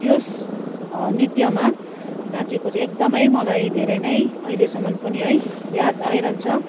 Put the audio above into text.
त्यस नृत्यमा नाचेको चाहिँ एकदमै मलाई धेरै नै अहिलेसम्म पनि है याद आइरहन्छ